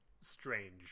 strange